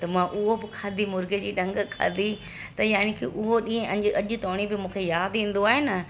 त मां उहो बि खाधी मुर्गे जी टंग खाधी त ईअं ई की उहो ॾींहुं अॼु तोणी जो मूंखे यादि ई ईंदो आहे न